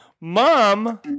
Mom